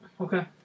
Okay